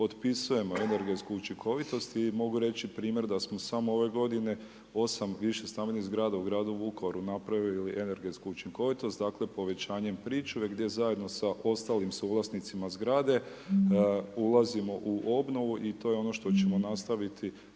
potpisujemo energetsku učinkovitost i mogu reći primjer da smo samo ove godine, 8 više stambenih zgrada u gradu Vukovaru napravili energetsku učinkovitost, dakle, povećanjem pričuve, gdje zajedno sa ostalim suvlasnicima zgrade ulazimo u obnovu i to je ono što ćemo nastaviti